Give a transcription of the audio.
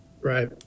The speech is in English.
Right